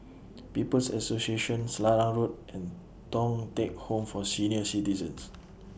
People's Association Selarang Road and Thong Teck Home For Senior Citizens